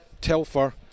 Telfer